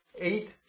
eight